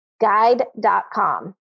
Guide.com